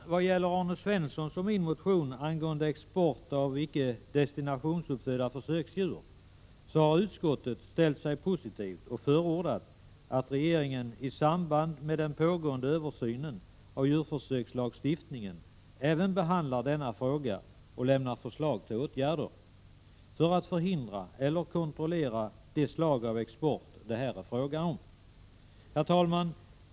När det gäller Arne Svenssons och min motion angående export av icke desitnationsuppfödda försöksdjur har utskottet ställt sig positivt och förordat att regeringen i samband med den pågående översynen av djurförsökslagstiftningen även behandlar denna fråga och lämnar förslag till åtgärder för att man skall kunna förhindra eller kontrollera det slag av export som det här är fråga om. Herr talman!